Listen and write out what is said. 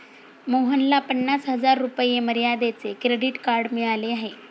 मोहनला पन्नास हजार रुपये मर्यादेचे क्रेडिट कार्ड मिळाले आहे